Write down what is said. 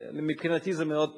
מבחינתי זה פורה מאוד.